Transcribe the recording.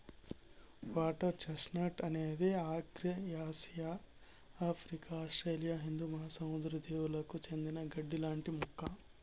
water chestnut అనేది ఆగ్నేయాసియా, Africa, Australia హిందూ మహాసముద్ర దీవులకు చెందిన గడ్డి లాంటి మొక్క